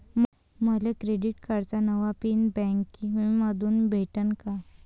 मले क्रेडिट कार्डाचा नवा पिन बँकेमंधून भेटन का?